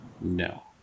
No